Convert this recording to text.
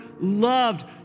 loved